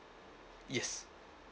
yes